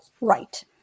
right